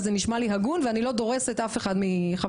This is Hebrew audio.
זה נשמע לי הגון ואני לא דורסת אף אחד מחבריי.